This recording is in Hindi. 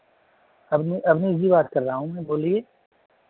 अभिनय अभिनव जी बात कर रहा हूँ मैं बोलिए